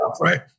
right